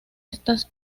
estas